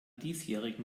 diesjährigen